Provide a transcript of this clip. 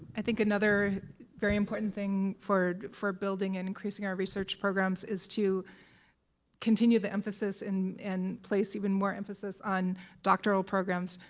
i think another very important thing for for building and increasing our research programs is to continue the emphasis and place even more emphasis on doctoral programs.